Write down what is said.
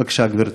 בבקשה, גברתי.